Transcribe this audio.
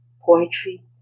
poetry